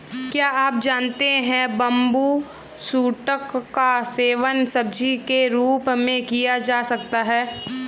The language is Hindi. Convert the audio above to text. क्या आप जानते है बम्बू शूट्स का सेवन सब्जी के रूप में किया जा सकता है?